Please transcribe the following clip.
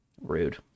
Rude